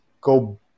go